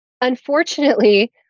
unfortunately